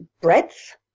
breadth